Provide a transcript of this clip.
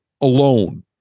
alone